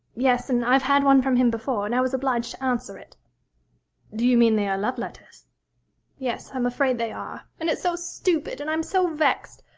yes, and i've had one from him before, and i was obliged to answer it do you mean they are love-letters yes, i'm afraid they are. and it's so stupid, and i'm so vexed.